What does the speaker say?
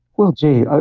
well gee,